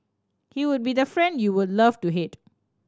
he would be the friend you would love to hate